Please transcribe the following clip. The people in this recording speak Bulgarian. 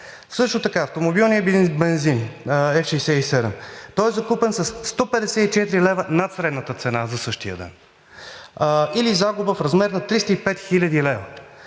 Също така автомобилният бензин F-67 е закупен със 154 лв. над средната цена за същия ден, или загуба в размер на 305 хил. лв.